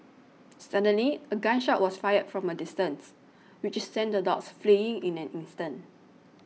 suddenly a gun shot was fired from a distance which sent the dogs fleeing in an instant